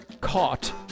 caught